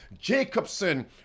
Jacobson